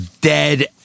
Dead